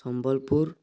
Sambalpur